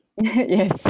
yes